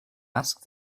ask